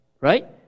Right